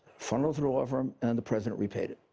funneled through a law firm, and the president repaid it.